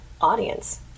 audience